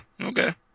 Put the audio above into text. okay